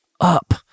up